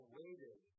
waited